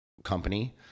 Company